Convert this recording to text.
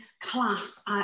class